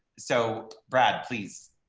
so brad, please.